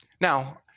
Now